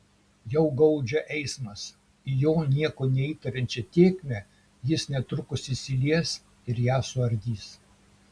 jau gaudžia eismas į jo nieko neįtariančią tėkmę jis netrukus įsilies ir ją suardys